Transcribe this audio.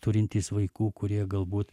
turintys vaikų kurie galbūt